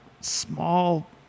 small